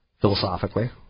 philosophically